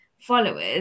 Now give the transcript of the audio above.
followers